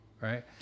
right